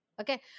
okay